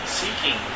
seeking